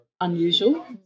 unusual